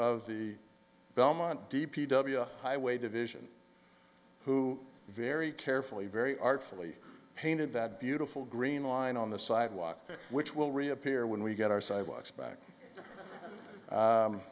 of the belmont d p w highway division who very carefully very artfully painted that beautiful green line on the sidewalk which will reappear when we get our sidewalks back